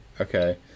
Okay